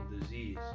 disease